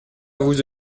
vous